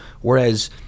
whereas